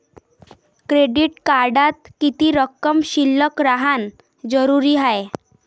Credit कार्डात किती रक्कम शिल्लक राहानं जरुरी हाय?